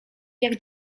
jak